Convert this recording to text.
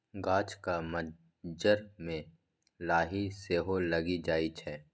गाछक मज्जर मे लाही सेहो लागि जाइ छै